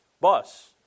bus